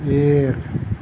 এক